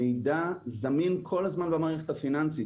המידע זמין כל הזמן במערכת הפיננסית.